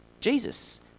Jesus